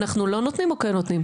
אנחנו לא נותנים או כן נותנים?